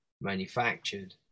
manufactured